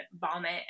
vomit